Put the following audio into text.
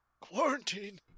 Quarantine